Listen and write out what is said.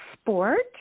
sport